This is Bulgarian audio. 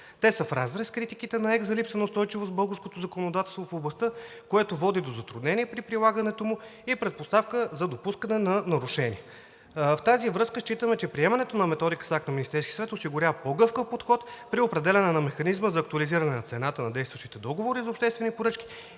те са в разрез с критиките на ЕК за липса на устойчивост в българското законодателство в областта, което води до затруднение при прилагането му и предпоставка за допускане на нарушения. В тази връзка считаме, че приемането на методика с акт на Министерския съвет осигурява по-гъвкав подход при определяне на механизма за актуализиране на цената на действащите договори за обществени поръчки